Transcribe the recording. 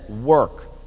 work